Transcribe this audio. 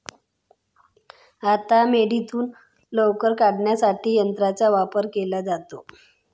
आता मेंढीतून लोकर काढण्यासाठी यंत्राचा वापर केला जातो